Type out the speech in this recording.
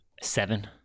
seven